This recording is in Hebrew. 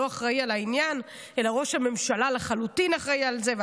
אבל לא אחראי על העניין אלא ראש הממשלה אחראי על זה לחלוטין,